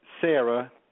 Sarah